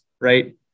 right